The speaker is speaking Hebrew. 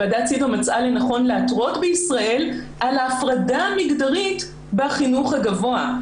ועדת CEDAW מצאה לנכון להתרות בישראל על ההפרדה המגדרית בחינוך הגבוה.